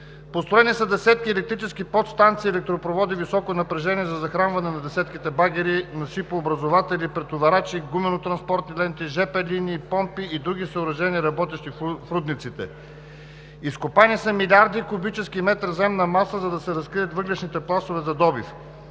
Построени са десетки електрически подстанции, електропроводи високо напрежение за захранване на десетките багери, насипообразуватели, претоварачи, гумено-транспортни ленти, жп линии, помпи и други съоръжения, работещи в рудниците. Изкопани са милиарди кубически метра земна маса, за да се разкрият въглищните пластове за добив.